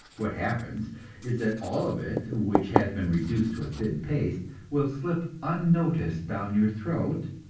what happens is that all of it which has been reduced to a thin paste will slip unnoticed down your throat,